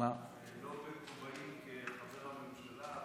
לא בכובעי כחבר הממשלה,